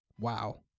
wow